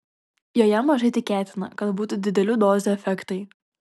joje mažai tikėtina kad būtų didelių dozių efektai